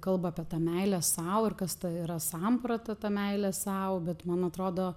kalba apie tą meilę sau ir kas ta yra samprata ta meilė sau bet man atrodo